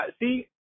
see